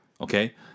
Okay